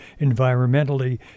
environmentally